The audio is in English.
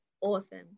awesome